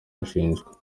ashinjwa